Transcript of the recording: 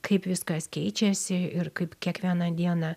kaip viskas keičiasi ir kaip kiekvieną dieną